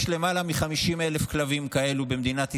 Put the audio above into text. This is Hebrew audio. יש למעלה מ-50,000 כלבים כאלו במדינת ישראל,